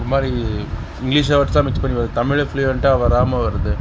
ஒரு மாதிரி இங்கிலீஷ் வேர்ட்ஸாக மிக்ஸ் பண்ணி வருது தமிழ் ஃப்ளுயன்ட்டாக வராமல் வருது